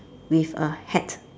with a hat